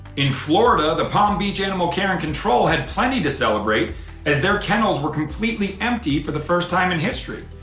in florida, the palm beach animal care and control had plenty to celebrate as their kennels were completely empty for the first time in history,